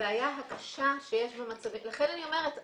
הבעיה הקשה שיש במצבים לכן אני אומרת.